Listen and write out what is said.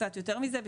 קצת יותר מזה,